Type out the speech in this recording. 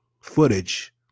footage